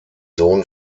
sohn